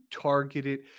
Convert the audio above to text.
targeted